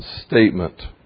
statement